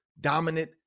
dominant